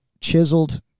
chiseled